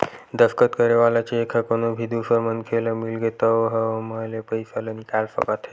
दस्कत करे वाला चेक ह कोनो भी दूसर मनखे ल मिलगे त ओ ह ओमा ले पइसा ल निकाल सकत हे